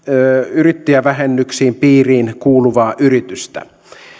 yrittäjävähennyksen piiriin kuuluvaa yritystä